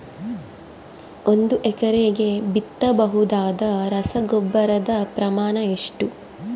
ಒಂದು ಎಕರೆಗೆ ಬಿತ್ತಬಹುದಾದ ರಸಗೊಬ್ಬರದ ಪ್ರಮಾಣ ಎಷ್ಟು?